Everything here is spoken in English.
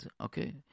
okay